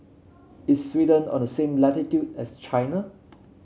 is Sweden on the same latitude as China